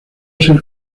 ser